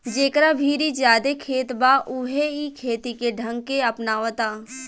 जेकरा भीरी ज्यादे खेत बा उहे इ खेती के ढंग के अपनावता